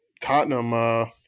Tottenham